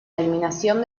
eliminación